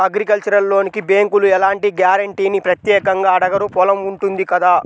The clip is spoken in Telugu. అగ్రికల్చరల్ లోనుకి బ్యేంకులు ఎలాంటి గ్యారంటీనీ ప్రత్యేకంగా అడగరు పొలం ఉంటుంది కదా